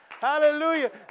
Hallelujah